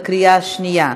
בקריאה שנייה.